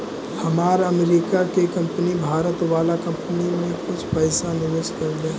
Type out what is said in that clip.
हमार अमरीका के कंपनी भारत वाला कंपनी में कुछ पइसा निवेश कैले हइ